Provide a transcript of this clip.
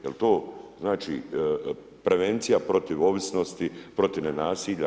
Je li to znači prevencija protiv ovisnosti, protiv ne nasilja?